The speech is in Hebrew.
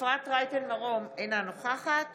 אפרת רייטן מרום, אינה נוכחת